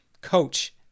coach